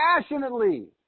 passionately